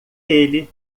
ele